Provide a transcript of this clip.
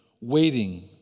waiting